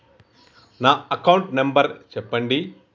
నా account number చెప్పండి?